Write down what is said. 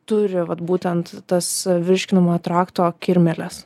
turi vat būtent tas virškinamojo trakto kirmėles